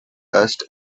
dust